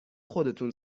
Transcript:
خودتون